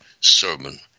sermon